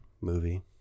movie